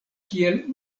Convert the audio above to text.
kiel